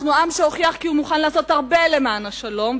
אנחנו עם שהוכיח כי הוא מוכן לעשות הרבה למען השלום,